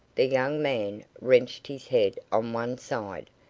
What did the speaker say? the young man wrenched his head on one side,